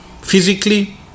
physically